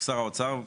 שר האוצר?